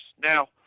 Now